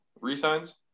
resigns